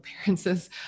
appearances